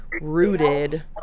rooted